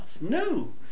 No